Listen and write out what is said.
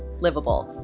livable.